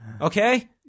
Okay